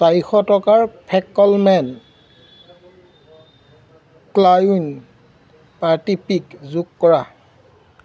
চাৰিশ টকাৰ ফেকলমেন ক্লাউন পাৰ্টি পিক যোগ কৰা